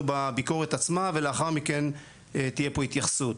בביקורת עצמה ולאחר מכן תהיה פה התייחסות.